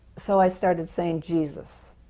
so i started saying, jesus,